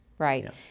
Right